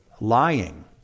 lying